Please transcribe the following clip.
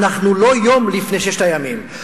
אנחנו לא יום לפני ששת הימים,